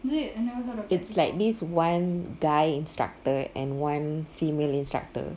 it's like this one guy instructor and one female instructor